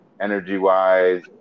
energy-wise